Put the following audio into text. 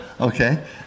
okay